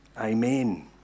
amen